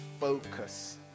focus